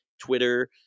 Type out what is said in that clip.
Twitter